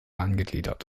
angegliedert